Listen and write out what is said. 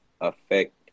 affect